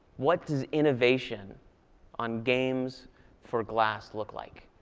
what does innovation on games for glass look like?